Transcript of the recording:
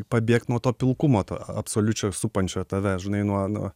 pabėgt nuo to pilkumo to absoliučio supančio tave žinai nuo nuo